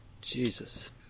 Jesus